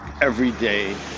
everyday